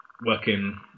working